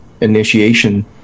initiation